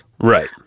Right